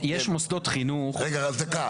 יש מוסדות חינוך --- רגע, אז דקה.